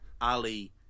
Ali